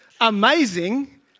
amazing